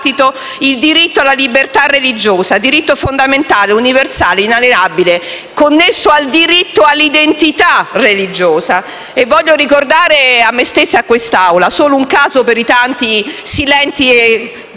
il diritto alla libertà religiosa, diritto fondamentale, universale, inalienabile, connesso al diritto all'identità religiosa. Voglio ricordare a me stessa e all'Assemblea solo un caso per i tanti silenti e dimenticati: